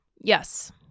Yes